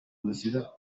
ruzira